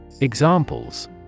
Examples